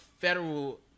federal